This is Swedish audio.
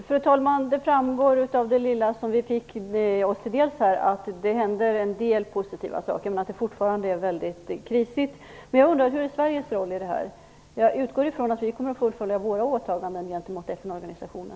Fru talman! Det framgår av det lilla som vi här fick oss till dels att det händer en del positiva saker, även om det fortfarande är väldigt kritiskt. Men jag undrar: Vilken är Sveriges roll i det här? Jag utgår från att vi kommer att fullfölja våra åtaganden gentemot FN-organisationen.